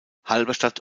halberstadt